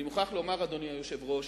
אני מוכרח לומר, אדוני היושב-ראש,